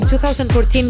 2014